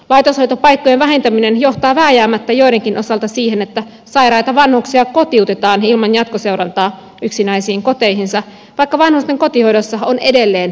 laitoshoitopaikkojen vähentäminen johtaa vääjäämättä joidenkin osalta siihen että sairaita vanhuksia kotiutetaan ilman jatkoseurantaa yksinäisiin koteihinsa vaikka vanhusten kotihoidossa on edelleen vakavia puutteita